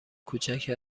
کوچک